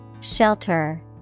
Shelter